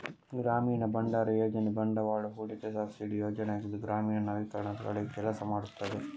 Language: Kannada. ಗ್ರಾಮೀಣ ಭಂಡಾರ ಯೋಜನೆ ಬಂಡವಾಳ ಹೂಡಿಕೆ ಸಬ್ಸಿಡಿ ಯೋಜನೆಯಾಗಿದ್ದು ಗ್ರಾಮೀಣ ನವೀಕರಣದ ಕಡೆಗೆ ಕೆಲಸ ಮಾಡುತ್ತದೆ